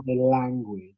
language